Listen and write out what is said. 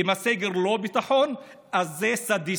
אם הסגר לא לביטחון אז אלה סדיסטים.